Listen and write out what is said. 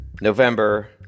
November